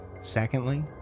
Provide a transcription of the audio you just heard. Secondly